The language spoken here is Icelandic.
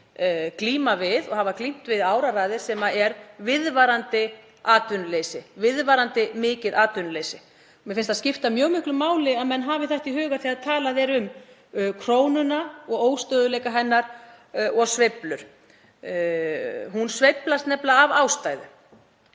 glíma við og hafa glímt við í áraraðir sem er viðvarandi atvinnuleysi, viðvarandi mikið atvinnuleysi. Mér finnst það skipta mjög miklu máli að menn hafi þetta í huga þegar talað er um krónuna og óstöðugleika hennar og sveiflur. Hún sveiflast nefnilega af ástæðu.